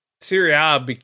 Syria